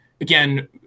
again